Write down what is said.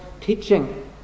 teaching